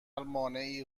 مانعی